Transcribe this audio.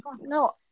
No